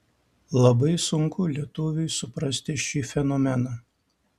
labai sunku lietuviui suprasti šį fenomeną